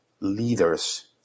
leaders